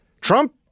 Trump